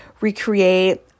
recreate